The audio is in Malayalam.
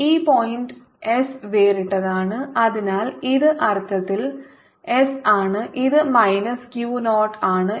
ഈ പോയിന്റ് എസ് വേറിട്ടതാണ് അതിനാൽ ഇത് അർത്ഥത്തിൽ എസ് ആണ് ഇത് മൈനസ് ക്യു 0 ആണ്